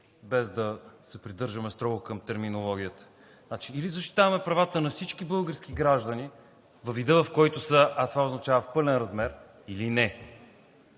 без да се придържаме строго към терминологията. Значи, или защитаваме правата на всички български граждани във вида, в който са, а това означава в пълен размер, или не.